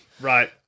Right